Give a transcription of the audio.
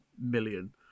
million